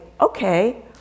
okay